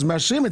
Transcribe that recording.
מאשרים.